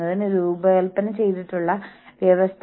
നിങ്ങൾ ഒരു വലിയ കുടുംബത്തിന്റെ ഭാഗമാണ്